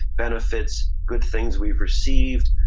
benefits, good things we've received,